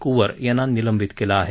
कुवर यांना निलंबित केलं आहे